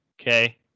Okay